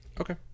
Okay